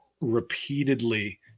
Repeatedly